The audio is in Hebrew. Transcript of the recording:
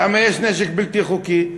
למה יש נשק בלתי חוקי?